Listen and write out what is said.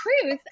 truth